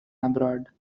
abroad